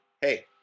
hey